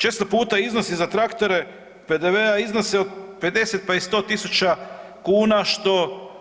Često puta iznosi za traktore PDV-a iznose od 50, pa i 100 tisuća kuna, što